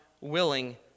willing